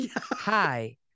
Hi